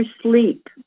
sleep